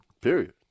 period